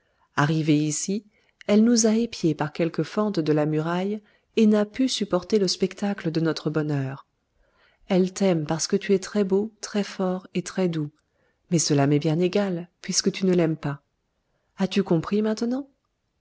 arrivée ici elle nous a épiés par quelque fente de la muraille et n'a pu supporter le spectacle de notre bonheur elle t'aime parce que tu es très beau très fort et très doux mais cela m'est bien égal puisque tu ne l'aimes pas as-tu compris maintenant